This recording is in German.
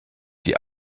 die